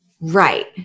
Right